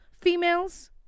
females